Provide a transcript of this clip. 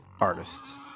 artists